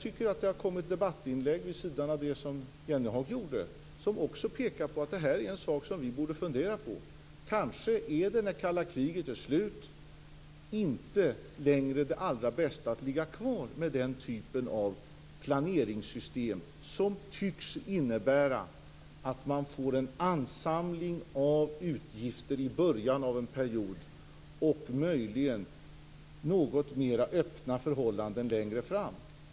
Det har kommit debattinlägg vid sidan av det Jan Jennehag gjorde som också pekar på att det är en sak som vi borde fundera på. Kanske är det när kalla kriget är slut inte längre det allra bästa att ligga kvar med den typen av planeringssystem som tycks innebära att man får en ansamling av utgifter i början av en period och möjligen något mera öppna förhållanden längre fram.